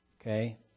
Okay